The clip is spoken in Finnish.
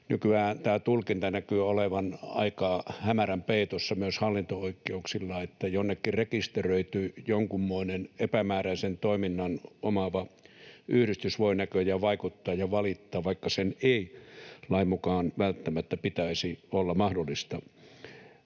Nykyään tämä tulkinta näkyy olevan aika hämärän peitossa myös hallinto-oikeuksilla, niin että jonnekin rekisteröity jonkunmoinen epämääräisen toiminnan omaava yhdistys voi näköjään vaikuttaa ja valittaa, vaikka sen ei lain mukaan välttämättä pitäisi olla mahdollista.